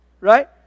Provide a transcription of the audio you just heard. right